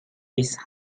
his